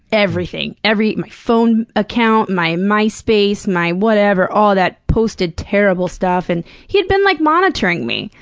everything. every my phone account, my myspace, my whatever, all that posted terrible stuff. and he'd been, like, monitoring me.